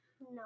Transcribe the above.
No